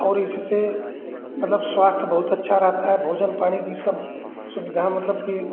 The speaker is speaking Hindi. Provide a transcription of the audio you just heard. और इससे मतलब स्वास्थ्य बहुत अच्छा रहता है भोजन पानी भी सब सुविधा मतलब की